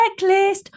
checklist